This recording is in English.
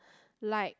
like